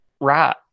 right